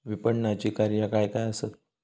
विपणनाची कार्या काय काय आसत?